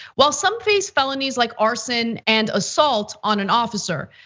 while some face felonies like arson and assault on an officer.